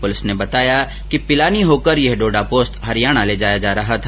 police ने बताया कि पिलानी होकर यह डोडा पोस्त हरियाणा ले जाया जा रहा था